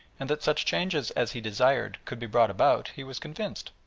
and that such changes as he desired could be brought about he was convinced.